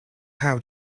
how